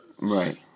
Right